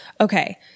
Okay